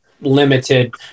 limited